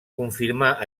confirmar